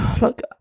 look